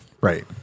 Right